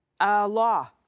Law